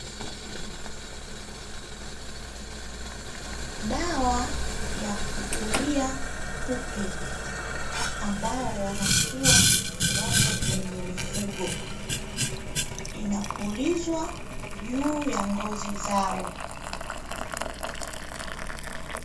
Dawa ya kuulia kupe, ambao wanakuwa wapo kwenye mifugo. Inapulizwa juu ya ngozi zao.